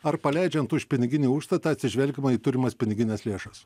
ar paleidžiant už piniginį užstatą atsižvelgiama į turimas pinigines lėšas